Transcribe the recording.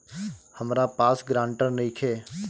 हमरा पास ग्रांटर नइखे?